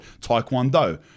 Taekwondo